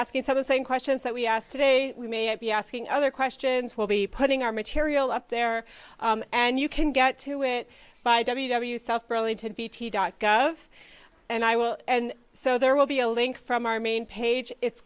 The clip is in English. you some the same questions that we asked today we may be asking other questions will be putting our material up there and you can get to it by w w south burlington v t dot gov and i will and so there will be a link from our main page it's